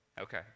Okay